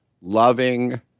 loving